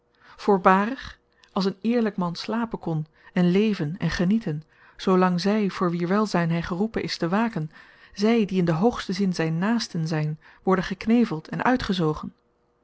voorbarig als een eerlyk man slapen kon en leven en genieten zoo lang zy voor wier welzyn hy geroepen is te waken zy die in den hoogsten zin zyn naasten zyn worden gekneveld en uitgezogen